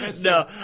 No